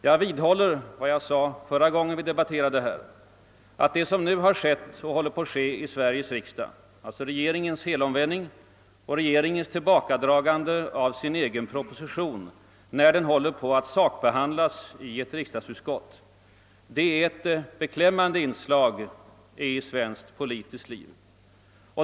Jag vidhåller vad jag framhöll när vi förra gången debatterade frågan, nämligen att vad som nu skett och håller på att ske i Sveriges riksdag — alltså regeringens helomvändning och tillbakadragande av en proposition, som är under sakbehandling i ett riksdagsutskott — utgör ett beklämmande inslag i svenskt politiskt liv.